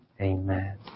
Amen